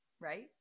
Right